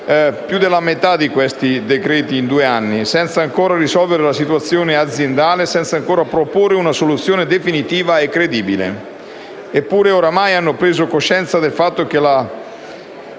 più della metà di questi decreti-legge in due anni senza ancora risolvere la situazione aziendale e senza ancora proporre una soluzione definitiva e credibile. Eppure, ormai, hanno preso coscienza del fatto che la